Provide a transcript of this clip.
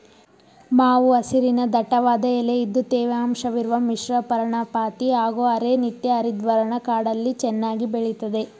ಮಾವು ಹಸಿರಿನ ದಟ್ಟವಾದ ಎಲೆ ಇದ್ದು ತೇವಾಂಶವಿರುವ ಮಿಶ್ರಪರ್ಣಪಾತಿ ಹಾಗೂ ಅರೆ ನಿತ್ಯಹರಿದ್ವರ್ಣ ಕಾಡಲ್ಲಿ ಚೆನ್ನಾಗಿ ಬೆಳಿತದೆ